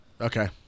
Okay